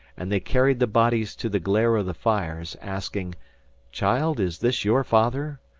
and they carried the bodies to the glare of the fires, asking child, is this your father?